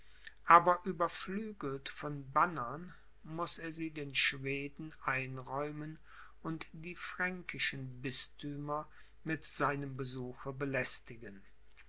aber überflügelt von bannern muß er sie den schweden einräumen und die fränkischen bisthümer mit seinem besuche belästigen